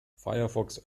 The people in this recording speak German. firefox